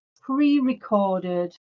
pre-recorded